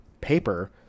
paper